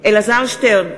אלעזר שטרן,